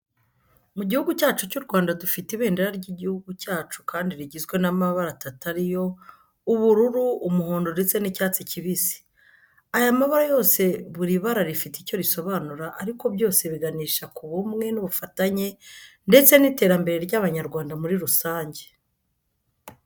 Mu gihugu cyacu cy'u Rwanda dufite ibendera ry'igihugu cyacu kandi rigizwe n'amabara atatu ariyo ubururu, umuhondo ndetse n'icyatsi kibisi. Aya mabara yose buri bara rifite icyo risobanura ariko byose biganisha k'ubumwe n'ubufatanye ndetse n'iterambere ry'abanyarwanda muri rusange.